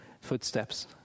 footsteps